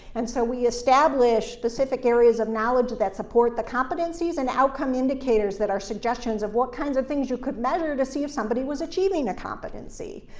and so we establish specific areas of knowledge that support the competencies and the outcome indicators that are suggestions of what kinds of things you could measure to see if somebody was achieving a competency.